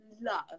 love